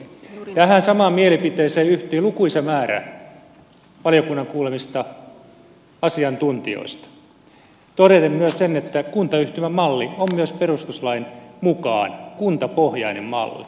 tähän samaan mielipiteeseen yhtyi lukuisa määrä valiokunnan kuulemista asiantuntijoista todeten myös sen että kuntayhtymämalli on myös perustuslain mukaan kuntapohjainen malli